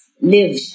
live